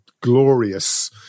glorious